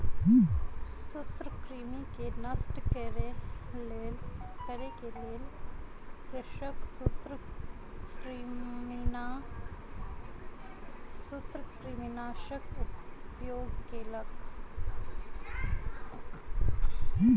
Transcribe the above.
सूत्रकृमि के नष्ट करै के लेल कृषक सूत्रकृमिनाशकक उपयोग केलक